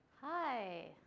Hi